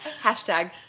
Hashtag